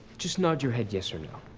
just nod your head yes or no.